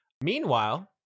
Meanwhile